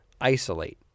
isolate